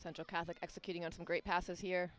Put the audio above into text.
central catholic executing on some great passes here